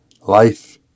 Life